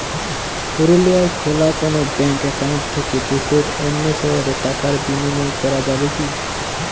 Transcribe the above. পুরুলিয়ায় খোলা কোনো ব্যাঙ্ক অ্যাকাউন্ট থেকে দেশের অন্য শহরে টাকার বিনিময় করা যাবে কি?